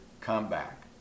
comeback